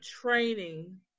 training